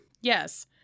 Yes